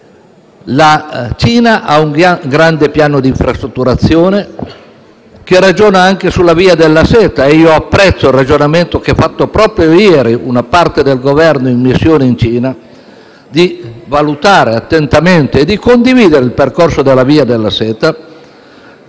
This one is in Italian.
la Cina ha un grande piano di infrastrutturazione, che ragiona anche sulla Via della seta. Apprezzo il ragionamento, che ha fatto proprio ieri una parte del Governo in missione in Cina, di valutare attentamente e condividere il percorso della Via della seta,